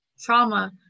trauma